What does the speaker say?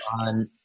on